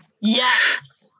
Yes